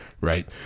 right